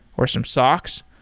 or some socks,